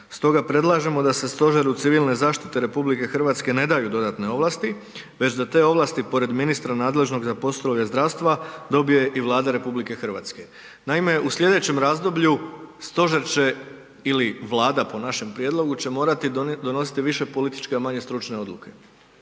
Stoga predlažemo da se Stožeru civilne zaštite RH ne daju dodatne ovlasti, već da te ovlasti pored ministra nadležnog za poslove zdravstva dobije i Vlada RH. Naime, i slijedećem razdoblju stožer će ili Vlada po našem prijedlogu, će morati donositi više političke, a manje stručne odluke.